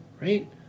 Right